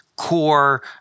core